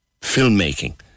filmmaking